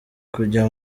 kujya